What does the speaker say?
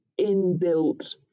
inbuilt